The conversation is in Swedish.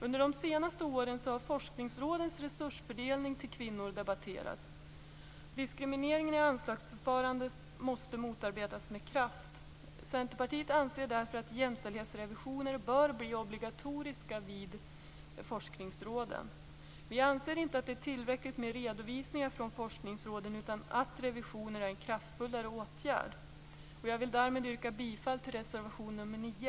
Under de senaste åren har forskningsrådens resursfördelning till kvinnor debatterats. Diskrimineringen i anslagsförfarandet måste motarbetas med kraft. Centerpartiet anser därför att jämställdhetsrevisioner bör bli obligatoriska vid forskningsråden. Vi anser inte att det är tillräckligt med redovisningar från forskningsråden utan att revisioner är en kraftfullare åtgärd. Jag vill därmed yrka bifall till reservation nr 9.